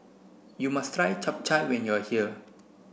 you must try Chap Chai when you are here